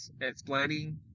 explaining